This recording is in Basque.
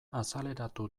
azaleratu